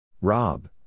Rob